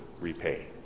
repay